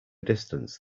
distance